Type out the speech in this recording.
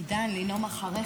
תודה, אדוני היושב בראש.